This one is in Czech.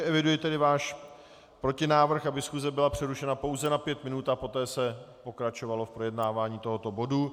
Eviduji tedy váš protinávrh, aby schůze byla přerušena pouze na pět minut a poté se pokračovalo v projednávání tohoto bodu.